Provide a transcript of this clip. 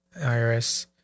IRS